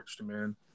man